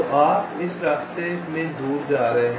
तो आप इस रास्ते में दूर जा रहे हैं